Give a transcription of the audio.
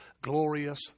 glorious